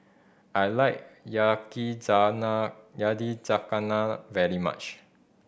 I like Yakizakana very much